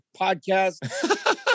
podcast